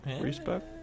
Respect